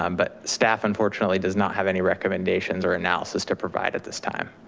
um but staff unfortunately does not have any recommendations or analysis to provide at this time.